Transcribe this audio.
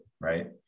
right